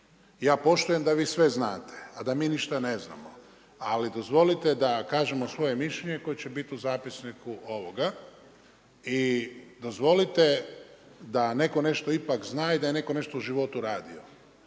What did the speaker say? ja poštujem da vi sve znate, a da mi ništa ne znamo, ali dozvolite da kažemo svoje mišljenje koje će biti u zapisniku ovoga i dozvolite da neko nešto ipak zna i da je neko nešto u životu radio.